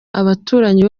abaturanyi